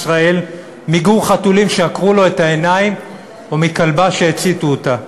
מגור חתולים שעקרו לו את העיניים או מכלבה שהציתו אותה.